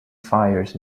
fires